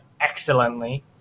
excellently